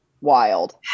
wild